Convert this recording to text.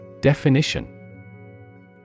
Definition